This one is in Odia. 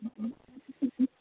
ହୁଁ